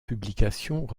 publications